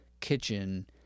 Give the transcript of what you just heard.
kitchen